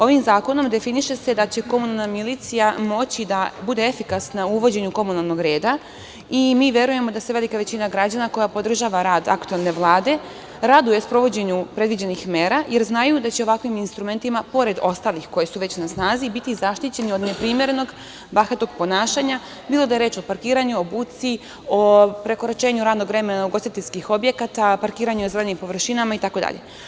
Ovim zakonom definiše se da će komunalna milicija moći da bude efikasna u uvođenju komunalnog rada i mi verujemo da se velika većina građana koja podržava rad aktuelne Vlade raduje sprovođenju predviđenih mera, jer znaju da će ovakvim instrumentima, pored ostalih koji su već na snazi, biti zaštićeni od neprimerenog bahatog ponašanja, bilo da je reč o parkiranju, o buci, o prekoračenju radnog vremena ugostiteljskih objekata, parkiranje na zelenim površinama i tako dalje.